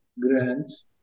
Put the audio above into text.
grants